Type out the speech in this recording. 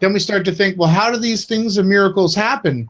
then we start to think well how do these things and miracles happen?